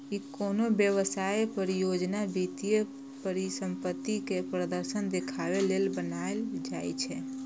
ई कोनो व्यवसाय, परियोजना, वित्तीय परिसंपत्ति के प्रदर्शन देखाबे लेल बनाएल जाइ छै